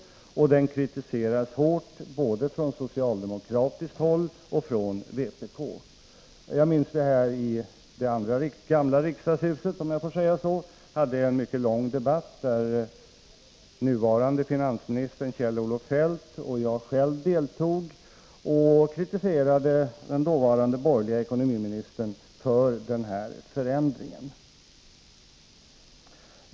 Den kritiserades hårt både från socialdemokratiskt håll och från vpk. Jag minns att jag i det gamla riksdagshuset — om jag får säga så — hade en mycket lång debatt i vilken den nuvarande finansministern Kjell-Olof Feldt och jag själv deltog. Vid det tillfället kritiserade vi den dåvarande borgerliga ekonomiministern för den här förändringen.